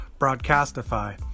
Broadcastify